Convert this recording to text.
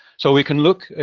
so, we can look,